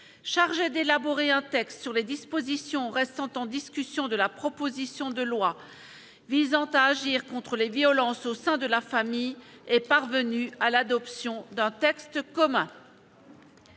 chargée d'élaborer un texte sur les dispositions restant en discussion de la proposition de loi visant à agir contre les violences au sein de la famille est parvenu à l'adoption d'un texte commun.